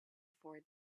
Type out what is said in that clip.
for